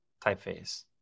typeface